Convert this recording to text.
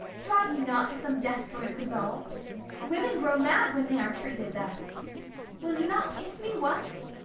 drive me not to some desperate resolve women grow mad when they are treated thus will you not kiss me once?